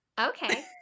Okay